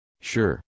Sure